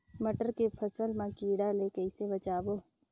मटर के फसल मा कीड़ा ले कइसे बचाबो?